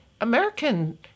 American